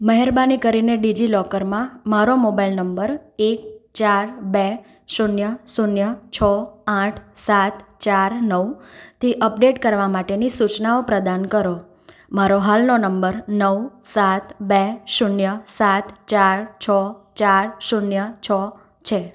મહેરબાની કરીને ડિજિલોકરમાં મારો મોબાઈલ નંબર એક ચાર બે શૂન્ય શૂન્ય છો આઠ સાત ચાર નવ થી અપડેટ કરવા માટેની સૂચનાઓ પ્રદાન કરો મારો હાલનો નંબર નવ સાત બે શૂન્ય સાત ચાર છો ચાર શૂન્ય છો છે